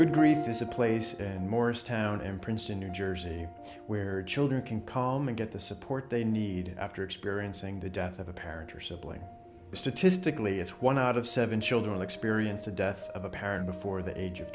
good grief is a place and morristown in princeton new jersey where children can come and get the support they need after experiencing the death of a parent or sibling statistically it's one out of seven children experience the death of a parent before the age of